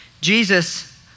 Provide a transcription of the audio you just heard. Jesus